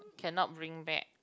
cannot bring back